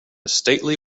stately